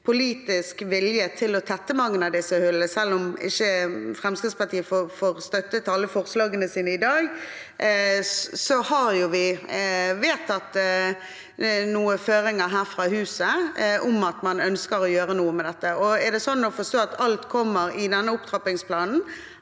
politisk vilje til å tette mange av dem. Selv om ikke Fremskrittspartiet får støtte til alle forslagene sine i dag, har vi vedtatt noen føringer her på huset om at man ønsker å gjøre noe med det. Er det sånn å forstå at alt kommer i opptrappingsplanen,